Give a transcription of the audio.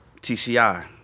TCI